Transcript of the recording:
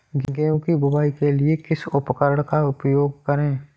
गेहूँ की बुवाई के लिए किस उपकरण का उपयोग करें?